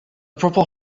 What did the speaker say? purple